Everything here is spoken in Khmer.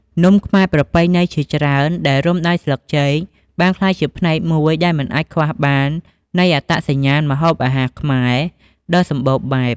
នំខ្មែរប្រពៃណីជាច្រើនដែលរុំដោយស្លឹកចេក បានក្លាយជាផ្នែកមួយដែលមិនអាចខ្វះបាននៃ អត្តសញ្ញាណម្ហូបអាហារខ្មែរ ដ៏សម្បូរបែប។